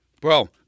Bro